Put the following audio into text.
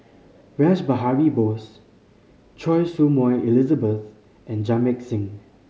Rash Behari Bose Choy Su Moi Elizabeth and Jamit Singh